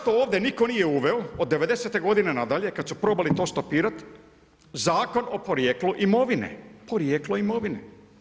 Evo zašto ovdje niko nije uveo od devedesete godine na dalje, kada su probali to stopirati, Zakon o porijeklu imovine, porijeklo imovine?